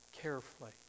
carefully